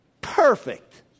Perfect